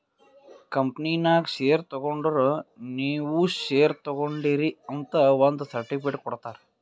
ಕಂಪನಿನಾಗ್ ಶೇರ್ ತಗೊಂಡುರ್ ನೀವೂ ಶೇರ್ ತಗೊಂಡೀರ್ ಅಂತ್ ಒಂದ್ ಸರ್ಟಿಫಿಕೇಟ್ ಕೊಡ್ತಾರ್